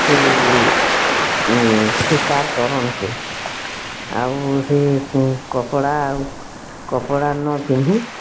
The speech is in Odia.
ସେ ଶିକାର କରନ୍ତି ଆଉ ସେ କପଡ଼ା କପଡ଼ା ନ ପିନ୍ଧି